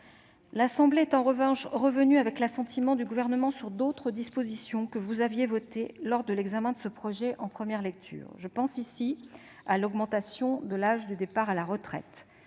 L'Assemblée est en revanche revenue, avec l'assentiment du Gouvernement, sur d'autres dispositions que vous aviez votées lors de l'examen de ce projet en première lecture. Je pense ici à l'augmentation de l'âge de départ à la retraite.